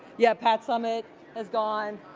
yeah, pat summit is gone.